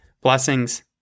Blessings